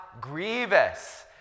grievous